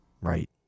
right